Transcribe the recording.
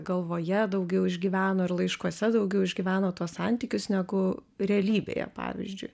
galvoje daugiau išgyveno ir laiškuose daugiau išgyveno tuos santykius negu realybėje pavyzdžiui